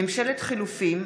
(ממשלת חילופים),